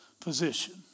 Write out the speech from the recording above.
position